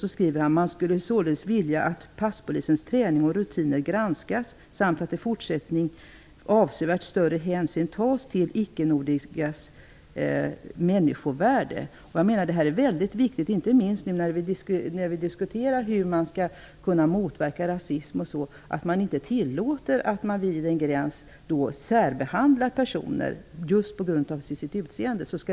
Han skriver ''att man således skulle vilja att passpolisens träning och rutiner granskas samt att i fortsättningen avsevärt större hänsyn tas till människovärdet hos dem med icke-nordiskt utseende''. Dessa frågor är viktiga, inte minst i diskussionen om hur rasism skall motverkas. Då skall det inte tillåtas att personer särbehandlas vid gränsen just på grund av deras utseende.